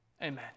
Amen